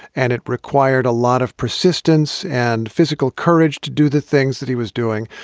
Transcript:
and it required a lot of persistence and physical courage to do the things that he was doing.